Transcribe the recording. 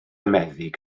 meddyg